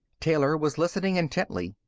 taylor was listening intently.